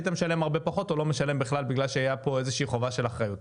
היית משלם פחות או לא משלם בכלל בגלל שהיה פה איזושהי חובה של אחריות.